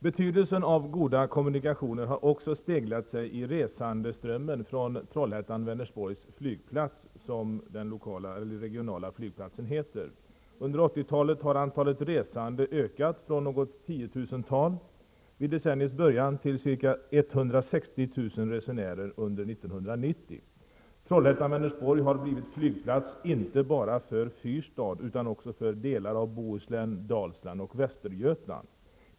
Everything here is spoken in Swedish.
Betydelsen av goda kommunikationer har också speglat sig i resandeströmmen från Trollhättan Vänersborgs flygplats, som regionens flygplats heter. Under 80-talet har antalet resande ökat från något 10 000-tal vid decenniets början till ca Trollhättan--Vänersborg har blivit flygplats inte bara för Fyrstad utan också för delar av Bohuslän, Dalsland och Västergötland.